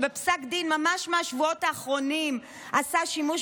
שפסק דין ממש מהשבועות האחרונים עשה שימוש